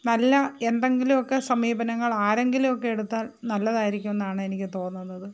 നല്ല എന്തെങ്കിലും ഒക്കെ സമീപനങ്ങൾ ആരെങ്കിലുമൊക്കെ എടുത്താൽ നല്ലതായിരിക്കും എന്നാണ് എനിക്ക് തോന്നുന്നത്